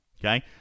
Okay